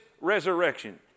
resurrection